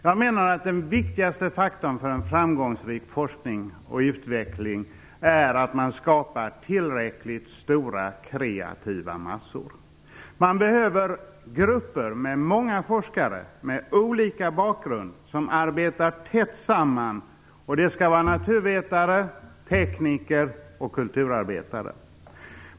Jag menar att den viktigaste faktorn för en framgångsrik forskning och utveckling är att man skapar tillräckligt stora kreativa massor. Man behöver grupper med många forskare med olika bakgrund som arbetar tätt samman. Det skall vara naturvetare, tekniker och kulturarbetare.